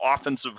offensive